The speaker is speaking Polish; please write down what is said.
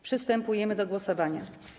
Przystępujemy do głosowania.